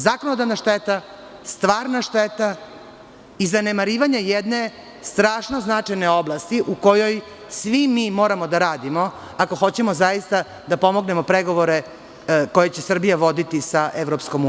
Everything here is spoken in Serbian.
Zakonodavna šteta, stvarna šteta i zanemarivanje jedne strašno značajne oblasti u kojoj svi mi moramo da radimo ako hoćemo zaista da pomognemo pregovore koje će Srbija voditi sa EU.